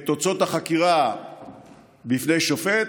את תוצאות החקירה בפני שופט,